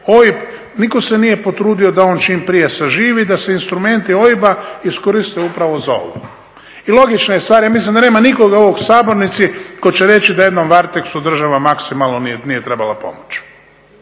OIB nitko se nije potrudio da on čim prije zaživi i da se instrumenti OIB-a iskoriste upravo za ovo. I logična je stvar, ja mislim da nema nikoga u ovoj sabornici tko će reći da jednom Varteksu država maksimalno nije trebala pomoći.